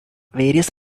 various